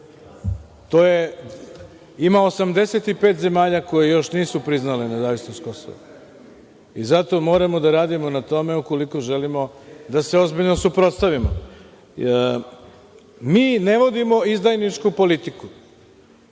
Kosova. Ima 85 zemalja koje još nisu priznale nezavisnost Kosova i zato moramo da radimo na tome ukoliko želimo da se ozbiljno suprotstavimo. Mi ne vodimo izdajničku politiku.